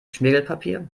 schmirgelpapier